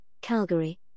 Calgary